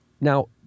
Now